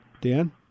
Dan